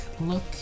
look